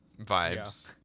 vibes